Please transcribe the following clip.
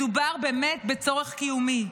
מדובר באמת בצורך קיומי.